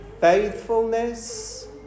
faithfulness